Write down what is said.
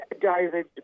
David